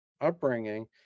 upbringing